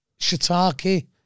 shiitake